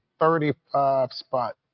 35-spot